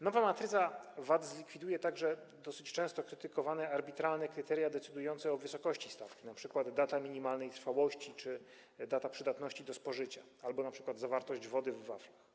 Nowa matryca VAT zlikwiduje także dosyć często krytykowane arbitralne kryteria decydujące o wysokości stawki, np. data minimalnej trwałości czy data przydatności do spożycia albo zawartość wody w waflach.